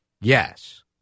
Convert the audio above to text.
Yes